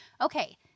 Okay